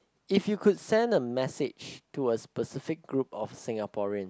if you could send a message to a specific group of Singaporeans